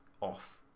off